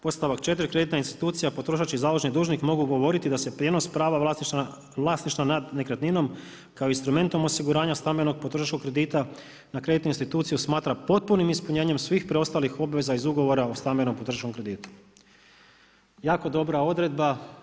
Podstavak 4.: „Kreditna institucija potrošački založni dužnik mogu govoriti da se prijenos prava vlasništva nad nekretninom kao instrumentom osiguranja stambenog potrošačkog kredita na kreditnu instituciju smatra potpunim ispunjenjem svih preostalih obveza iz ugovora o stambenom potrošačkom kreditu.“ Jako dobra odredba.